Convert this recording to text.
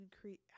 create